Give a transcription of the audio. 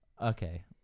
Okay